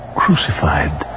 crucified